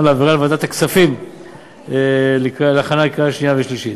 ולהעבירה לוועדת הכספים להכנה לקריאה שנייה ושלישית.